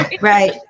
Right